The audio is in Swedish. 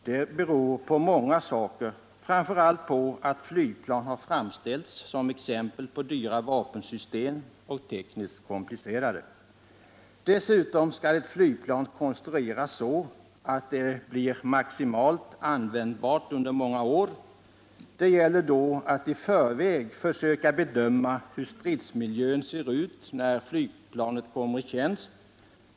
Det beror på många saker, framför allt på att flygplan har framställts som exempel på dyra och tekniskt komplicerade vapensystem. Dessutom skall ett flygplan konstrueras så att det blir maximalt användbart under många år. Det gäller då att i förväg försöka bedöma hur stridsmiljön kommer att se ut när flygplanet kommer i tjänst.